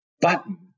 button